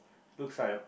looks like a